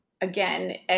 again